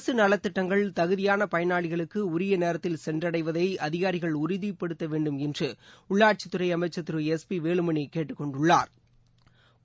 அரசுநலத்திட்டங்கள் தகுதியானபயனாளிகளுக்குஉரியநேரத்தில் சென்றடைவதைஅதிகாரிகள் உறுதிப்படுத்தவேண்டும் என்றுஉள்ளாட்சித்துறைஅமைச்சா் திரு எஸ் பிவேலுமணிகேட்டுக்கொண்டுள்ளாா்